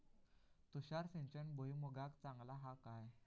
तुषार सिंचन भुईमुगाक चांगला हा काय?